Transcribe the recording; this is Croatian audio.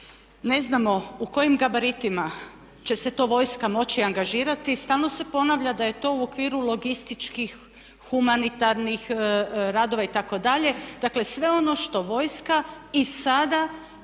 Ne znamo u kojim gabaritima će se to vojska moći angažirati. Stalno se ponavlja da je to u okviru logističkih, humanitarnih radova itd. Dakle, sve ono što vojska i sada